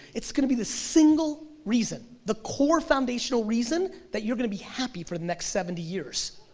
it's gonna be the single reason, the core foundational reason that you're gonna be happy for the next seventy years,